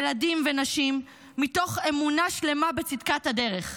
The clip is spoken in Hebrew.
ילדים ונשים מתוך אמונה שלמה בצדקת הדרך.